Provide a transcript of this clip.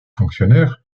fonctionnaire